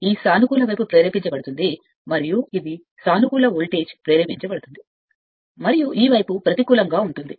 కాబట్టి ఇది సానుకూల వైపు ప్రేరేపించబడుతుంది మరియు ఇది సానుకూల వోల్టేజ్ ప్రేరేపించబడుతుంది మరియు ఈ వైపు ప్రతికూలంగా ఉంటుంది